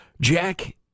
Jack